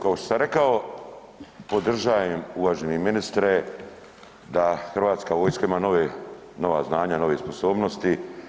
Kao što sam rekao, podržajem uvaženi ministre da Hrvatska vojska ima nove, nova znanja, nove sposobnosti.